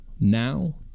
now